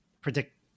predict